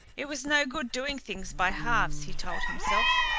it was no good doing things by halves, he told himself.